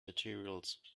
materials